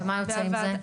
ומה יוצא מזה?